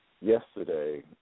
yesterday